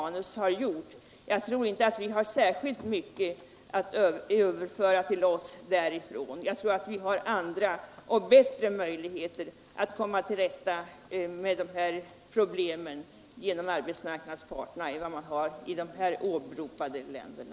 Jag tror inte att vi har särskilt mycket att överföra till oss därifrån — jag tror att vi har andra och bättre möjligheter att komma till rätta med de här problemen genom arbetsmarknadens parter än man har i de här åberopade länderna.